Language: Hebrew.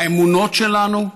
האמונות שלנו,